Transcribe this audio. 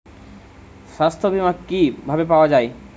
সাস্থ্য বিমা কি ভাবে পাওয়া যায়?